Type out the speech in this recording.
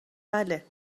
بله